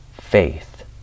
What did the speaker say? faith